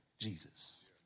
Jesus